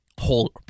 whole